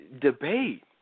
debate